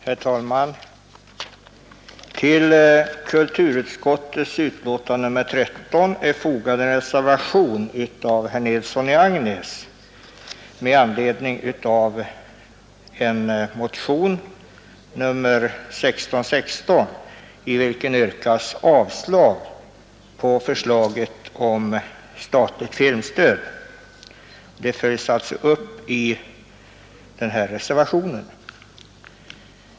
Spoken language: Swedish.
Herr talman! Till kulturutskottets betänkande nr 13 är fogad en reservation av herr Nilsson i Agnäs med anledning av en motion, nr 1616, i vilken yrkas avslag på förslaget om statligt filmstöd. Motionen följs alltså upp i reservationen.